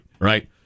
right